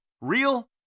Real